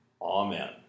Amen